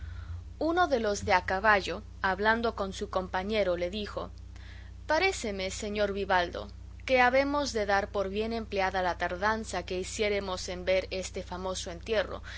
uno de los de a caballo hablando con su compañero le dijo paréceme señor vivaldo que habemos de dar por bien empleada la tardanza que hiciéremos en ver este famoso entierro